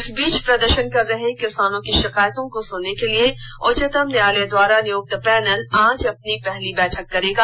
इस ॅबीच प्रदर्शन कर रहे किसानों की ॅशिकायतों को सुनने के लिए उच्चतम न्यायालय द्वारा नियुक्त पैनल आज अपनी पहली बैठक करेगा